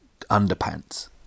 underpants